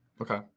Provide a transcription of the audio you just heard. Okay